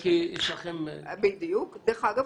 דרך אגב,